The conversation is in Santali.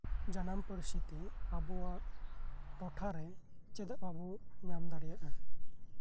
ᱟᱵᱚᱣᱟᱜ ᱡᱟᱱᱟᱢ ᱯᱟᱹᱨᱥᱤᱛᱮ ᱟᱵᱚᱣᱟᱜ ᱴᱚᱴᱷᱟᱨᱮ ᱪᱮᱫᱟᱜ ᱵᱟᱵᱚᱱ ᱧᱟᱢ ᱫᱟᱲᱮᱭᱟᱜᱼᱟ